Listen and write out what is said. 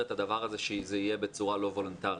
את הדבר הזה שזה יהיה בצורה לא וולונטרית,